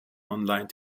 online